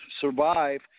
survive